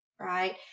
Right